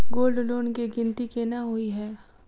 Gold loan केँ गिनती केना होइ हय?